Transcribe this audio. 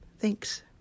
Thanks